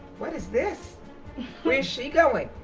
what is this? where is she going?